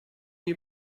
you